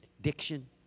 diction